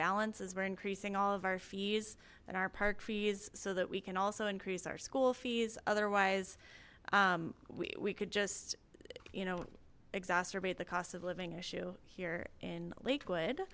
balance as we're increasing all of our fees and our park fees so that we can also increase our school fees otherwise we could just you know exacerbate the cost of living issue here in lakewood